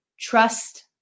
trust